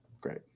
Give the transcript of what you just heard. Great